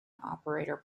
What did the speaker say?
operator